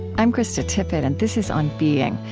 i'm krista tippett and this is on being.